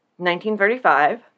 1935